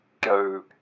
go